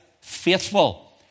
faithful